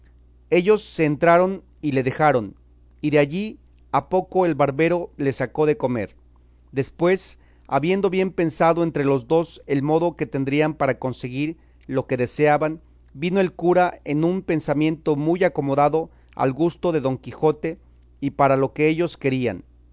ellos se entraron y le dejaron y de allí a poco el barbero le sacó de comer después habiendo bien pensado entre los dos el modo que tendrían para conseguir lo que deseaban vino el cura en un pensamiento muy acomodado al gusto de don quijote y para lo que ellos querían